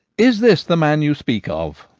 is this the man you speak of?